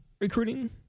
recruiting